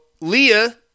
Leah